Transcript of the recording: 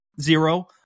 Zero